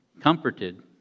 comforted